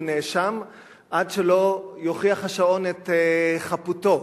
הוא נאשם עד שלא יוכיח השעון את חפותו,